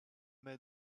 mai